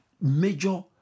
major